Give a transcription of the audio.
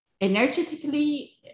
energetically